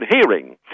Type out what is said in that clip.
hearing